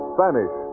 Spanish